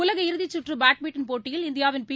உலக இறுதிச்சுற்றபேட்மின்டன் போட்டியில் இந்தியாவின் பி